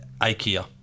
Ikea